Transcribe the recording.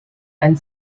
and